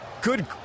good